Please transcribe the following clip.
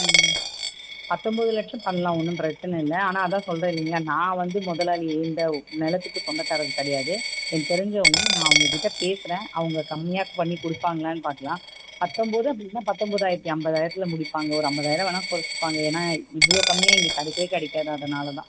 ம் பத்தொம்பது லட்சம் பண்ணலாம் ஒன்றும் பிரச்சனை இல்லை ஆனால் அதான் சொல்லுறேன் இல்லைங்களே நான் வந்து முதலாளி இந்த நிலத்துக்கு சொந்தக்காரவங்க கிடையாது எனக்கு தெரிஞ்சவங்க நான் அவங்கக்கிட்ட பேசுகிறேன் அவங்க கம்மியாக பண்ணி கொடுப்பாங்களானு பார்க்கலாம் பத்தொம்பது அப்படி இல்லைன்னா பத்தொம்போதாயிரத்து ஐம்பதாயிரத்துல முடிப்பாங்க ஒரு ஐம்பதாயிரம் வேணா குறச்சிப்பாங்க ஏன்னா இவ்வளோ கம்மியாக இங்கே கிடைக்கவே கிடைக்காது அதனால தான்